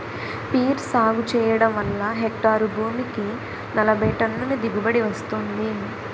peer సాగు చెయ్యడం వల్ల హెక్టారు భూమికి నలబైటన్నుల దిగుబడీ వస్తుంది